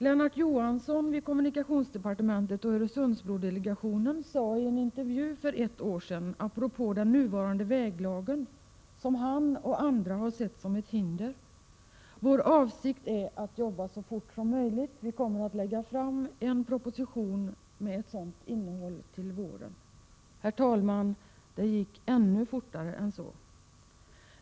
Lennart Johansson i kommunikationsdepartementet och i Öresundsbrodelegationen sade i en intervju för ett år sedan apropå den nuvarande väglagen, som han och andra sett som ett hinder: Vår avsikt är att jobba så fort som möjligt. Vi kommer att lägga fram en proposition med ett sådant innehåll till våren. Herr talman! Det gick ännu fortare.